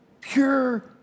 pure